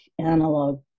analog